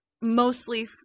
mostly